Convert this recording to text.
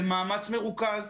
במאמץ מרוכז,